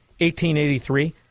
1883